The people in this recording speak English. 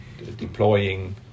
deploying